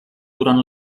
durant